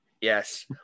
Yes